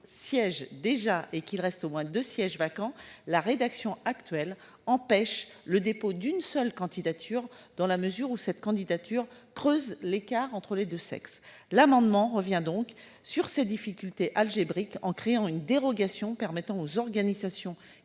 siège déjà et qu'il reste au moins 2 sièges vacants la rédaction actuelle empêche le dépôt d'une seule candidature dans la mesure où cette candidature creuse l'écart entre les 2 sexes l'amendement revient donc sur ces difficultés algébriques en créant une dérogation permettant aux organisations